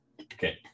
Okay